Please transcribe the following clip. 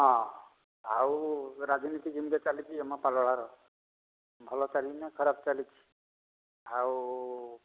ହଁ ଆଉ ରାଜନୀତି ଯେମିତିଆ ଚାଲିଛି ଆମ ପାଲଳାର ଭଲ ଚାଲିିଛି ନା ଖରାପ ଚାଲିଛି ଆଉ